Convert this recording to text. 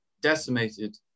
decimated